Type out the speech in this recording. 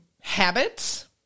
habits